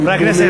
חברי הכנסת,